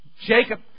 Jacob